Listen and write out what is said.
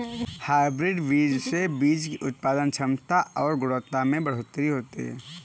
hybrid बीज से बीज की उत्पादन क्षमता और गुणवत्ता में बढ़ोतरी होती है